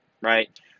right